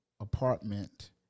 apartment